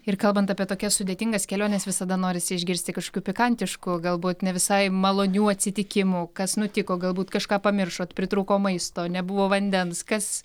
ir kalbant apie tokias sudėtingas keliones visada norisi išgirsti kažkokių pikantiškų galbūt ne visai malonių atsitikimų kas nutiko galbūt kažką pamiršot pritrūko maisto nebuvo vandens kas